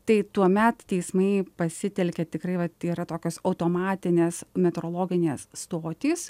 tai tuomet teismai pasitelkia tikrai tai yra tokios automatinės meteorologinės stotys